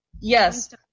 Yes